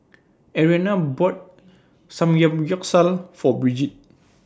Ariana bought Samgeyopsal For Brigid